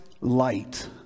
light